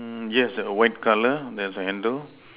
mm yes white colour there's a handle